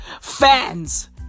fans